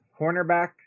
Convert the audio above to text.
cornerback